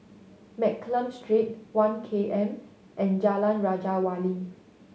Mccallum Street One K M and Jalan Raja Wali